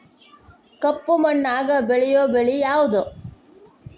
ಕಪ್ಪು ಮಣ್ಣಾಗ ಬೆಳೆಯೋ ಬೆಳಿ ಯಾವುದು?